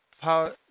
power